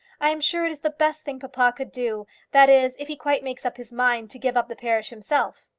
i am sure it is the best thing papa could do that is if he quite makes up his mind to give up the parish himself.